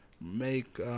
make